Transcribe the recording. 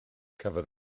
cafodd